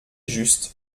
juste